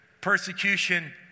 Persecution